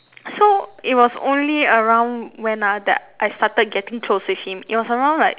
so it was only around when ah that I started getting close with him it was around like